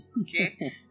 Okay